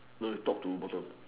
no you top to bottom